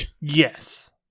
Yes